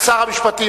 שר המשפטים,